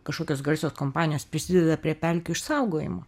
kažkokios garsios kompanijos prisideda prie pelkių išsaugojimo